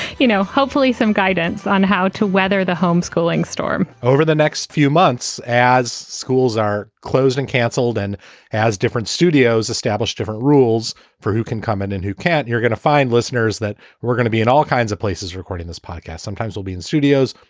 you know, hopefully some guidance on how to weather the home-schooling storm over the next few months as schools are closed and canceled and as different studios establish different rules for who can come in and who can't. you're gonna find listeners that we're gonna be in all kinds of places recording this podcast. sometimes we'll be in studios,